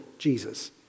Jesus